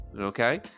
Okay